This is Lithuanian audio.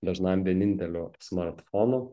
dažnam vieninteliu smart fonu